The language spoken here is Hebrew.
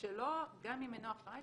שגם אם אינו אחראי,